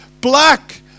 black